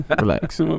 relax